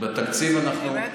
בתקציב אנחנו,